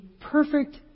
perfect